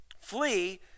Flee